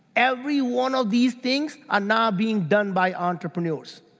everyone of these things are now being done by entrepreneurs.